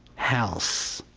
house.